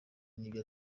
n’ibyo